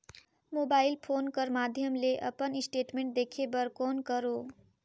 Mobile phone कर माध्यम ले अपन स्टेटमेंट देखे बर कौन करों?